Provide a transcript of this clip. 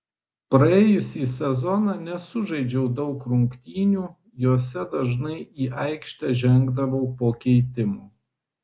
praėjusį sezoną nesužaidžiau daug rungtynių jose dažnai į aikštę žengdavau po keitimo